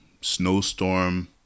snowstorm